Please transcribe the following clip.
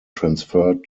transferred